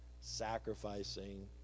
sacrificing